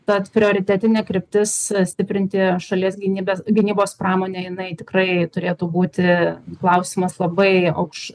tad prioritetinė kryptis stiprinti šalies gynybes gynybos pramonę jinai tikrai turėtų būti klausimas labai aukš